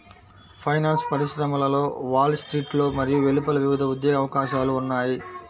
finance పరిశ్రమలో Wall స్ట్రీట్లో మరియు వెలుపల వివిధ ఉద్యోగ అవకాశాలు ఉన్నాయి